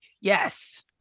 Yes